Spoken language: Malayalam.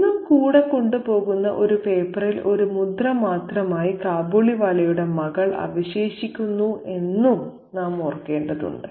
എന്നും കൂടെ കൊണ്ടുപോകുന്ന ഒരു പേപ്പറിൽ ഒരു മുദ്ര മാത്രമായി കാബൂളിവാലയുടെ മകൾ അവശേഷിക്കുന്നു എന്നതും നാം ഓർക്കേണ്ടതുണ്ട്